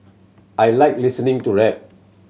I like listening to rap